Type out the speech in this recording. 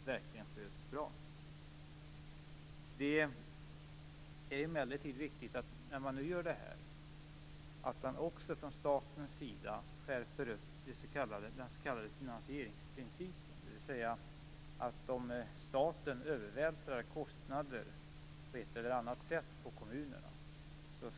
När man nu gör det här är det emellertid också viktigt att man från statens sida skärper den s.k. finansieringsprincipen, dvs. att om staten på ett eller annat sätt övervältrar kostnader på kommunerna